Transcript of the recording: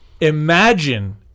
imagine